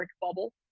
bubble